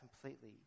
completely